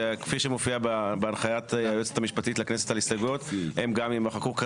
וכפי שמופיע בהנחיית היועצת המשפטית לכנסת על ההסתייגויות הם גם יימחקו,